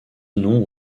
nom